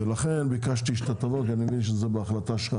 לכן ביקשתי שאתה תבוא, כי אני מבין שזה בהחלטה שלך